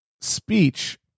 speech